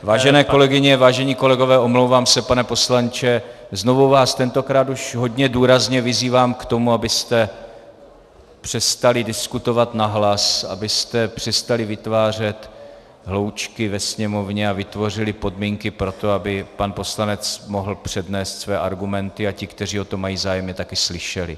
Vážené kolegyně, vážení kolegové omlouvám se, pane poslanče znovu vás, tentokrát už hodně důrazně, vyzývám k tomu, abyste přestali diskutovat nahlas, abyste přestali vytvářet hloučky ve sněmovně a vytvořili podmínky pro to, aby pan poslanec mohl přednést své argumenty a ti, kteří o to mají zájem, je také slyšeli.